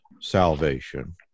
salvation